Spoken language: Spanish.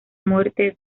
muerte